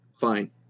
Fine